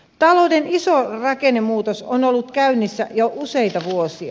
talouden iso rakennemuutos on ollut käynnissä jo useita vuosia